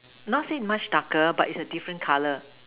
not say much much darker but is a different color